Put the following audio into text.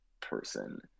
person